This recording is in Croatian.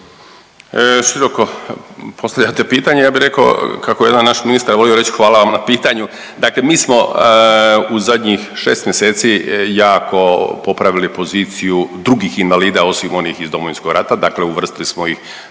Široko postavljate pitanje ja bi rekao, kako je jedan naš volio reći hvala vam na pitanju. Dakle, mi smo u zadnjih 6 mjeseci jako popravili poziciju drugih invalida osim onih iz Domovinskog rata. Dakle, uvrstili smo ih